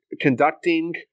conducting